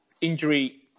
injury